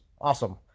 awesome